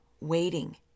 waiting